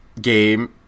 game